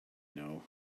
know